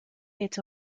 est